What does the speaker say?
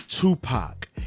Tupac